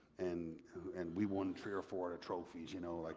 and and we won three or four and trophies, you know like